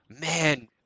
Man